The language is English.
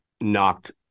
knocked